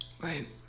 Right